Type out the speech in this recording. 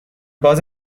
باز